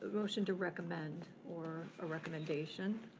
ah motion to recommend or a recommendation.